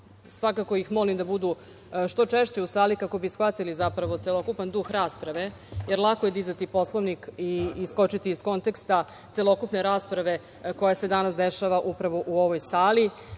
svakako ih molim da budu što češće u sali kako bi shvatili celokupan duh rasprave, jer lako je dizati Poslovnik i iskočiti iz konteksta celokupne rasprave koja se danas dešava upravo u ovoj sali. Mi